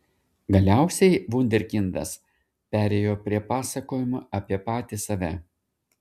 galiausiai vunderkindas perėjo prie pasakojimo apie patį save